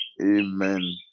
Amen